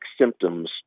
symptoms